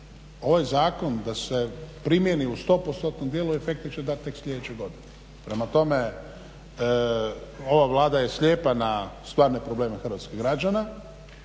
ovaj zakon da se primjeni u stopostotnom djelu efekte će dati tek sljedeće godine. Prema tome, ova Vlada je slijepa na stvarne probleme hrvatskih građana,